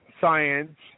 science